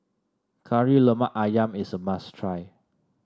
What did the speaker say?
Kari Lemak ayam is a must try